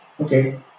Okay